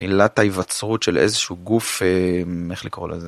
עילת ההיווצרות של איזה שהוא גוף... איך לקרוא לזה.